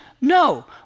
No